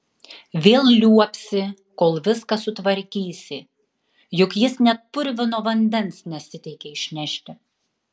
vėl liuobsi kol viską sutvarkysi juk jis net purvino vandens nesiteikia išnešti